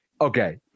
okay